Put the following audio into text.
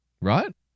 right